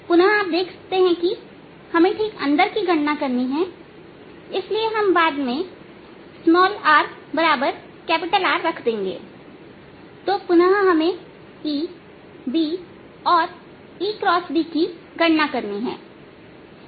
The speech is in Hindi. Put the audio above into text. पुनः आप देखते हैं कि हमें ठीक अंदर की गणना करनी है इसलिए हम बाद में rR रख देंगे तो पुनः हमें EB और E X B की गणना करनी है